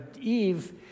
Eve